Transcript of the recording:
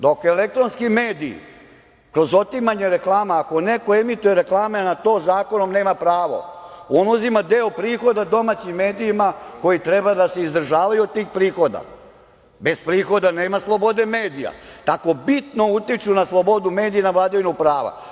Dok elektronski mediji kroz otimanje reklama, ako neko emituje reklame, a na to zakonom nema pravo, on uzima deo prihoda domaćim medijima koji treba da se izdržavaju od tih prihoda, bez prihoda nema slobode medija, tako bitno utiču na slobodu medija i na vladavinu prava.